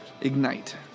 Ignite